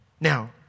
Now